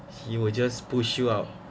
he will just push you up